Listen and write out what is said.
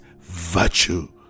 virtue